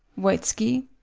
voitski.